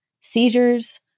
seizures